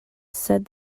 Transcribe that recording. said